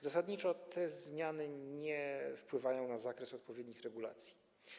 Zasadniczo te zmiany nie wpływają na zakres odpowiednich regulacji.